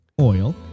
oil